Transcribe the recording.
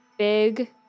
big